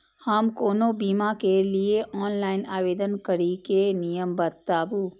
हम कोनो बीमा के लिए ऑनलाइन आवेदन करीके नियम बाताबू?